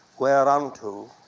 whereunto